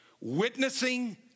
witnessing